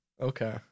Okay